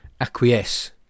acquiesce